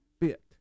fit